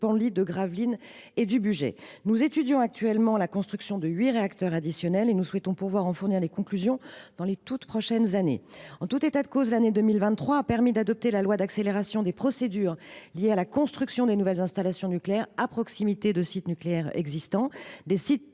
de Penly, de Gravelines et du Bugey. Nous étudions actuellement la construction de huit réacteurs additionnels. Nous souhaitons pouvoir en tirer les conclusions dans les toutes prochaines années. En tout état de cause, l’année 2023 a permis d’adopter la loi relative à l’accélération des procédures liées à la construction de nouvelles installations nucléaires à proximité de sites nucléaires existants.